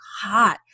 hot